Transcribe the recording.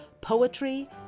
poetry